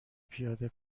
پیاده